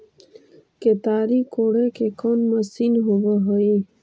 केताड़ी कोड़े के कोन मशीन होब हइ?